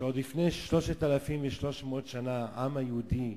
אני רוצה לומר לך שעוד לפני 3,300 שנה העם היהודי,